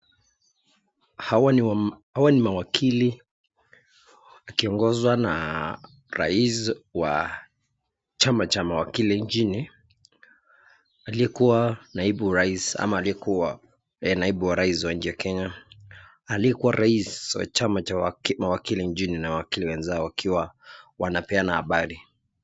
Hawa ni mawakili wakiongozwa na rais wa chama cha mawakili nchini aliyekuwa naibu rais ama aliyekuwa naibu wa rais wa nchi ya Kenya. Aliyekuwa rais wa chama cha mawakili nchini na wakili wenzao wakiwa wanapeana habari.